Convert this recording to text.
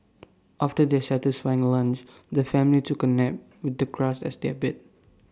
after their satisfying lunch the family took A nap with the grass as their bed